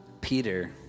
Peter